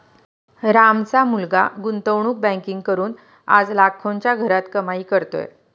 रामचा मुलगा गुंतवणूक बँकिंग करून आज लाखोंच्या घरात कमाई करतोय